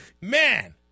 Man